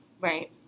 right